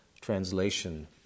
translation